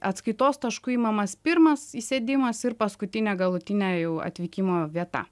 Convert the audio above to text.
atskaitos tašku imamas pirmas įsėdimas ir paskutinė galutinė jau atvykimo vieta